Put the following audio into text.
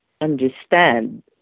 understand